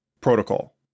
Protocol